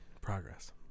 Progress